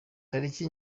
tariki